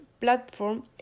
platform